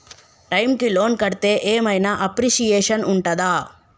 Time కి loan కడ్తే ఏం ఐనా అప్రిషియేషన్ ఉంటదా?